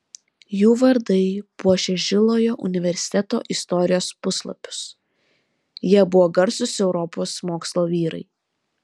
jų vardai puošia žilojo universiteto istorijos puslapius jie buvo garsūs europos mokslo vyrai